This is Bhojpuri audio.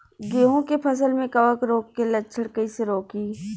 गेहूं के फसल में कवक रोग के लक्षण कईसे रोकी?